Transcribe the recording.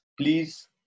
Please